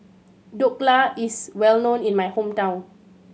Dhokla is well known in my hometown